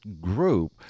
group